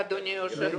אדוני היושב ראש.